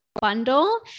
bundle